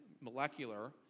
Molecular